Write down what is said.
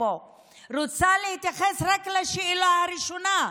פה רוצות להתייחס רק לשאלה הראשונה: